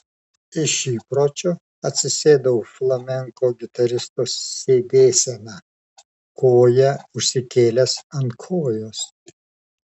iš įpročio atsisėdau flamenko gitaristo sėdėsena koją užsikėlęs ant kojos